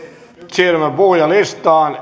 siirrymme puhujalistaan